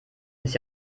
ist